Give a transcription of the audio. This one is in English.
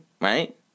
right